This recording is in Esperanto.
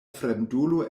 fremdulo